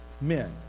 men